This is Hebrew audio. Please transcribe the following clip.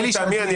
אפשר.